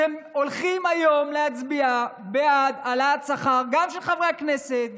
אתם הולכים היום להצביע בעד העלאת שכר גם של חברי הכנסת,